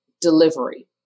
delivery